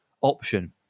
option